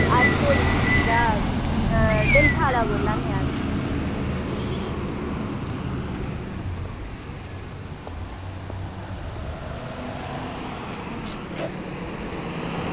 अस बोला नै इद्धरा डंसालै दा बोल्ला नै अस